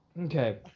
okay